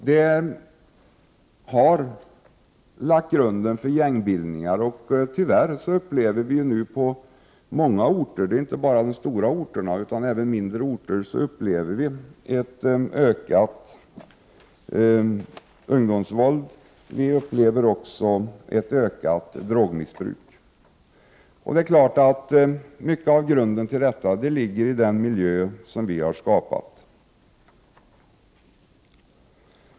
Detta har lagt grunden till gängbildningar. Tyvärr upplever vi nu även på mindre orter ett ökat ungdomsvåld och ett ökat drogmissbruk. Det är klart att mycket av grunden till detta ligger i den miljö som vi har skapat.